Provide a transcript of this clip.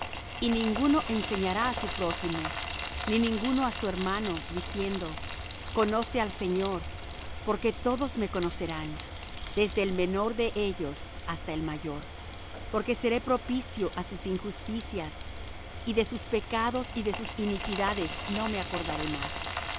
y ninguno eneseñará á su prójimo ni ninguno á su hermano diciendo conoce al señor porque todos me conocerán desde el menor de ellos hasta el mayor porque seré propicio á sus injusticias y de sus pecados y de sus iniquidades no me acordaré más